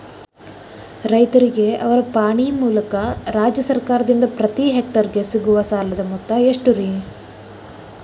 ರೈತರಿಗೆ ಅವರ ಪಾಣಿಯ ಮೂಲಕ ರಾಜ್ಯ ಸರ್ಕಾರದಿಂದ ಪ್ರತಿ ಹೆಕ್ಟರ್ ಗೆ ಸಿಗುವ ಸಾಲದ ಮೊತ್ತ ಎಷ್ಟು ರೇ?